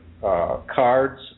cards